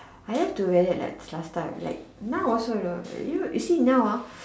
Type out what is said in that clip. I have to very late like last time like now also you know you you see now ah